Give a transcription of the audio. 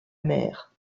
mère